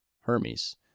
Hermes